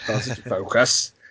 focus